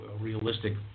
realistic